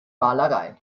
malerei